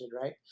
right